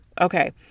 Okay